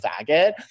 faggot